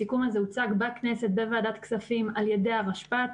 הסיכום הזה הוצג בוועדת הכספים בכנסת על ידי הרשפ"ת,